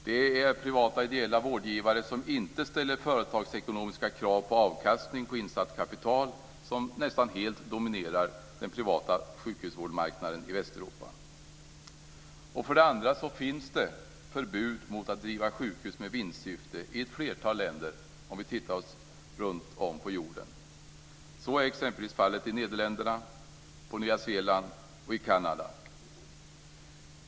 Det är privata ideella vårdgivare som inte ställer företagsekonomiska krav på avkastning på insatt kapital som nästan helt dominerar den privata sjukhusvårdsmarknaden i Västeuropa. För det andra finns det förbud mot att driva sjukhus med vinstsyfte i ett flertal länder om vi tittar runt om på jorden. Så är exempelvis fallet i Nederländerna, på Nya Zeeland och i Kanada.